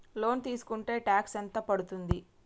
Loan తీస్కుంటే tax ఎంత పడ్తుంది?